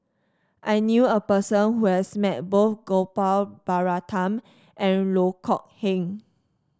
I knew a person who has met both Gopal Baratham and Loh Kok Heng